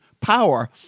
power